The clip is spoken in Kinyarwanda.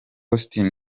austin